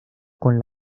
con